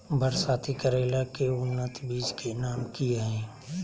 बरसाती करेला के उन्नत बिज के नाम की हैय?